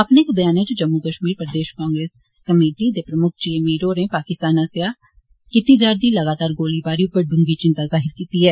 अपने इक ब्यानै च जम्मू कश्मीर प्रदेश कांग्रेस कमेटी दे प्रमुक्ख जी ए मीर होरें पाकिस्तान आस्सेआ कीती जा'रदी लगातार गोलीबारी उप्पर दूंगी चिन्ता जाहिर कीती ऐ